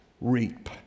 reap